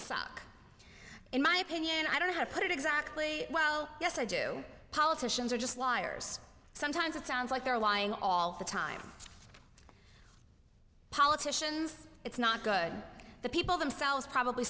suck in my opinion i don't know how to put it exactly well yes i do politicians are just liars sometimes it sounds like they're lying all the time politicians it's not good the people themselves probably